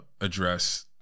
address